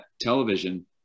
television